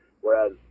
whereas